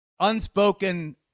unspoken